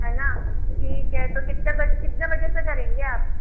है न ठीक है तो कितने बजे कितने बजे से करेंगे आप